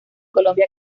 colombia